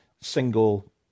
single